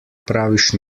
praviš